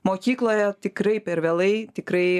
mokykloje tikrai per vėlai tikrai